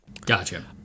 Gotcha